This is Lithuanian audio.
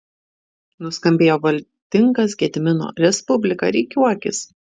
nuskambėjo valdingas gedimino respublika rikiuokis